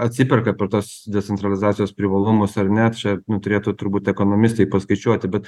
atsiperka per tuos decentralizacijos privalumus ar ne čia turėtų turbūt ekonomistai paskaičiuoti bet